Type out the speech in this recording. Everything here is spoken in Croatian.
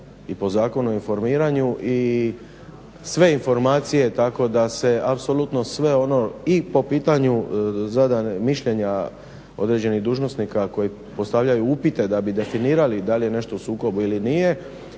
i po Zakonu o informiranju i sve informacije, tako da se apsolutno sve ono i po pitanju zadane, mišljenja određenih dužnosnika koji postavljaju upite da bi definirali da li je nešto u sukobu ili nije